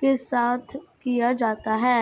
के साथ किया जाता है